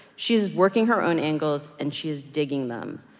she's working her own angles. and she is digging them.